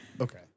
Okay